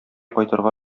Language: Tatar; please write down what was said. кайтырга